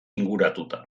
inguratuta